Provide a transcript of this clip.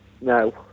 No